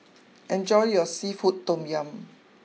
enjoy your Seafood Tom Yum